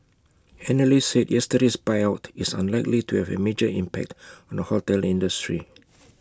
analysts said yesterday's buyout is unlikely to have A major impact on the hotel industry